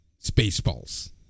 Spaceballs